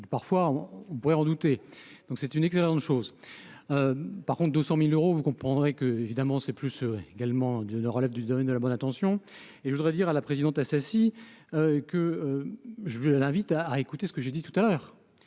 parfois on on pourrait en douter, donc c'est une excellente chose par contre 200000 euros, vous comprendrez que, évidemment, c'est plus ce également de de relève du domaine de la bonne intention et je voudrais dire à la présidente Assassi que je l'invite à écouter ce que j'ai dit tout à l'heure,